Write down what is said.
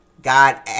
God